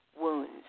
wounds